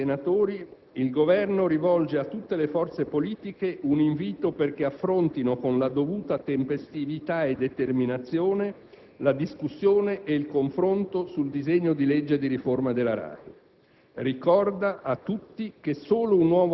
Signor Presidente, onorevoli senatori, il Governo rivolge a tutte le forze politiche un invito perché affrontino con la dovuta tempestività e determinazione la discussione e il confronto sul disegno di legge di riforma della RAI.